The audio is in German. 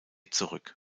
zurück